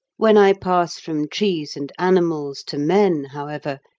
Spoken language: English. when i pass from trees and animals to men, however,